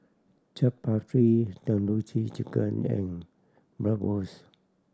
Chaat Papri Tandoori Chicken and Bratwurst